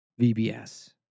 VBS